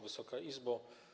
Wysoka Izbo!